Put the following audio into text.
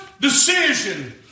decision